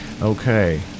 Okay